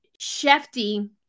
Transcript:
Shefty